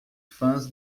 fãs